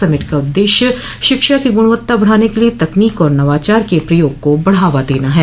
summit का उद्देश्य शिक्षा की गुणवत्ता बढ़ाने के लिये तकनीक और नवाचार के प्रयोग को बढ़ावा देना है